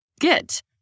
get